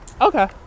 Okay